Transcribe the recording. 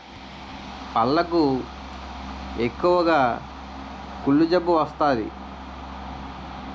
పళ్లకు ఎక్కువగా కుళ్ళు జబ్బు వస్తాది